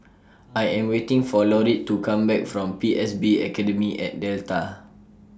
I Am waiting For Laurette to Come Back from P S B Academy At Delta